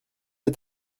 est